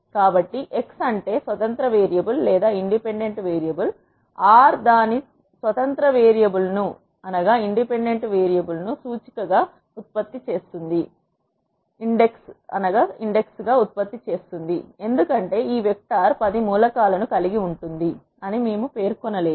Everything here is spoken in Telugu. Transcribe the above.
కాబట్టి x అంటే స్వతంత్ర వేరియబుల్ R దాని స్వంత స్వతంత్ర వేరియబుల్ను సూచిక గా ఉత్పత్తి చేస్తుంది ఎందుకంటే ఈ వెక్టర్ 10 మూలకాలను కలిగి ఉంటుంది అని మేము పేర్కొనలేదు